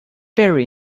very